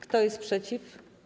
Kto jest przeciw?